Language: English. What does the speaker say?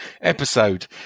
episode